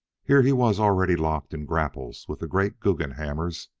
here he was already locked in grapples with the great guggenhammers,